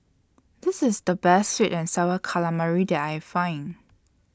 This IS The Best Sweet and Sour Calamari that I Find